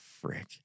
frick